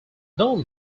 known